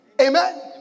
Amen